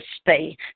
stay